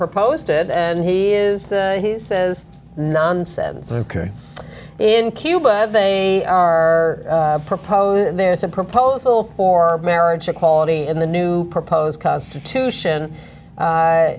proposed it and he is he says nonsense in cuba they are proposing there is a proposal for marriage equality in the new proposed constitution